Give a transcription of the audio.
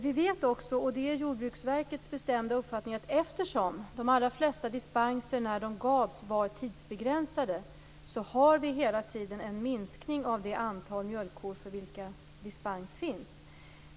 Vi vet också - och det är Jordbruksverkets bestämda uppfattning - att eftersom de allra flesta dispenser när de gavs var tidsbegränsade, har det hela tiden skett en minskning av det antal mjölkkor för vilka dispens finns.